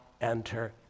enter